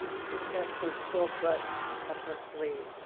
she's got some cool books up her sleeve.